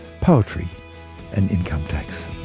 poetry and income tax